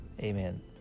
Amen